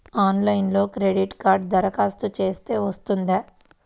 ఆన్లైన్లో క్రెడిట్ కార్డ్కి దరఖాస్తు చేస్తే వస్తుందా?